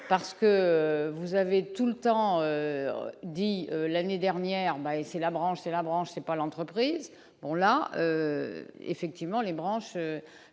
parce que vous avez tout le temps, dit l'année dernière, c'est la branche et la branche c'est pas l'entreprise, bon là effectivement les branches